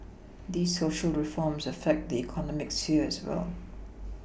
these Social reforms affect the economic sphere as well